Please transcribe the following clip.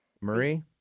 Marie